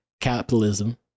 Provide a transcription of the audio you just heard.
capitalism